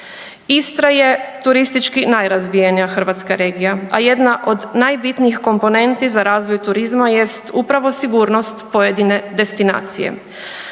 Istra je turistički najrazvijenija hrvatska regija a jedna od najbitnijih komponenti za razvoj turizma jest upravo sigurnost pojedine destinacije.